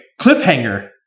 cliffhanger